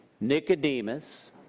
Nicodemus